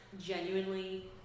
genuinely